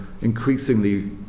increasingly